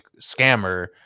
scammer